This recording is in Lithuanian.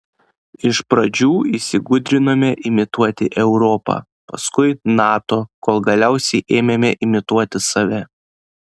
iš pradžių įsigudrinome imituoti europą paskui nato kol galiausiai ėmėme imituoti save